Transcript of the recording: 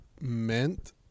meant